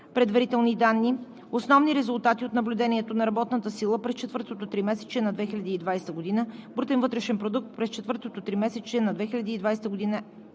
предварителни данни; основни резултати от наблюдението на работната сила през четвъртото тримесечие на 2020 г.; брутен вътрешен продукт през четвъртото тримесечие на 2020 г.